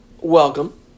welcome